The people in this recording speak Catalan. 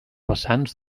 vessants